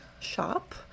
Shop